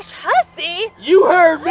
hussy? you heard